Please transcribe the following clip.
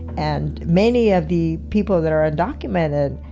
and many of the people that are undocumented,